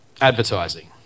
Advertising